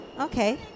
okay